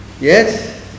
Yes